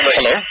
Hello